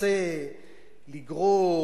ומנסה לגרור,